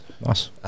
Nice